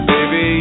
Baby